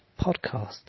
podcast